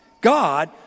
God